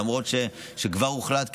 למרות שכבר הוחלט,